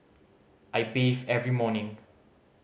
I bathe every morning